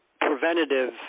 preventative –